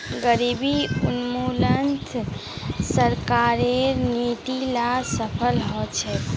गरीबी उन्मूलनत सरकारेर नीती ला सफल ह छेक